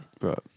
Right